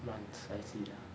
months I see